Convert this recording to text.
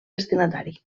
destinatari